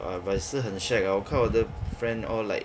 !wah! but 也是很 shag ah 我看我的 friend all like